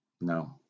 No